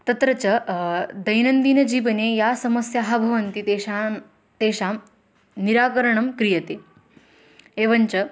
तत्र च दैनन्दीनजीवने या समस्याः भवन्ति तेषां तेषां निराकरणं क्रियते एवञ्च